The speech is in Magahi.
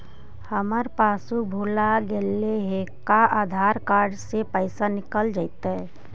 हमर पासबुक भुला गेले हे का आधार कार्ड से पैसा निकल जितै?